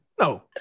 no